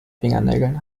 fingernägeln